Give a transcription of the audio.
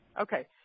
Okay